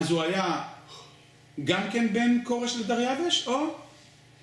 אז הוא היה גם כן בין כורש לדריווש, או?